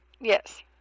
Yes